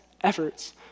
efforts